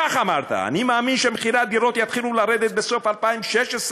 כך אמרת: אני מאמין שמחירי הדירות יתחילו לרדת בסוף 2016,